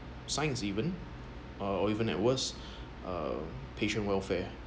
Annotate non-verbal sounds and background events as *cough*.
science even uh or even at worst *breath* uh patient welfare